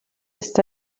ist